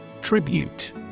tribute